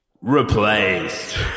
replaced